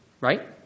right